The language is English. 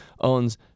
owns